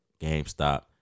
GameStop